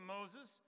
Moses